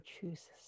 chooses